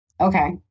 Okay